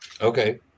Okay